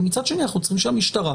ובצד שני, אנחנו רוצים שהמשטרה,